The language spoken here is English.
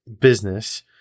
business